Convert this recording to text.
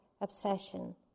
obsession